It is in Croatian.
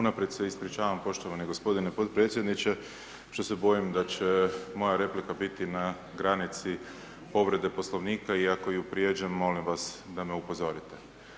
Unaprijed se ispričavam poštovani gospodine podpredsjedniče, što se bojim da će moja replika biti na granici povrede Poslovnika, i ako ju prijeđem, molim vas da me upozorite.